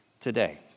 today